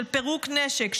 של פירוק נשק,